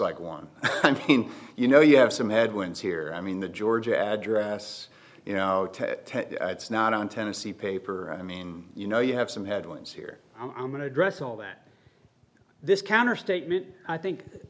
one you know you have some headwinds here i mean the georgia address you know it's not on tennessee paper i mean you know you have some headwinds here i'm going to address all that this counter statement i think it